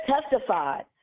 testified